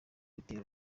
bitero